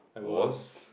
was